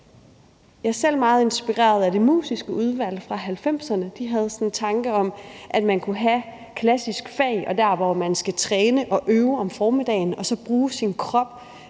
Jeg er selv meget af inspireret af Det Musiske Udvalg fra 1990'erne. De havde sådan en tanke om, at man kunne have klassiske fag og de fag, hvor man skal træne og øve sig, om formiddagen og så bruge sin krop